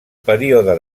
període